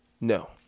No